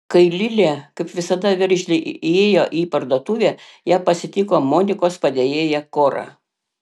kai lilė kaip visada veržliai įėjo į parduotuvę ją pasitiko monikos padėjėja kora